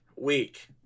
week